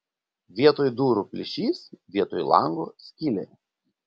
vietoj durų plyšys vietoj lango skylė